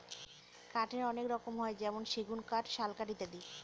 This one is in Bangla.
কাঠের অনেক রকম হয় যেমন সেগুন কাঠ, শাল কাঠ ইত্যাদি